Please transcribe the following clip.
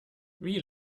wie